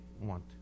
want